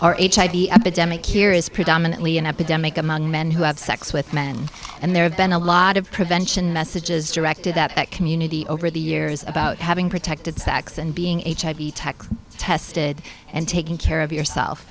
hiv epidemic here is predominantly an epidemic among men who have sex with men and there have been a lot of prevention messages directed that community over the years about having protected sex and being hiv tested and taking care of yourself